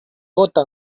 gota